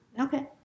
Okay